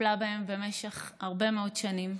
טיפלה בהם במשך הרבה מאוד שנים,